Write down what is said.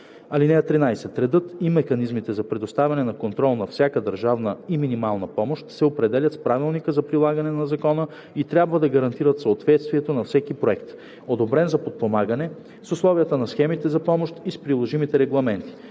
закон. (13) Редът и механизмите за предоставяне и контрол на всяка държавна и минимална помощ се определят с правилника за прилагане на закона и трябва да гарантират съответствието на всеки проект, одобрен за подпомагане, с условията на схемите за помощ и с приложимите регламенти.